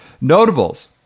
Notables